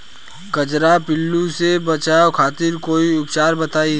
कजरा पिल्लू से बचाव खातिर कोई उपचार बताई?